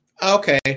Okay